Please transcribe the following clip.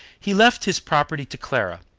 he left his property to clara,